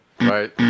right